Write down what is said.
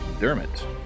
Dermot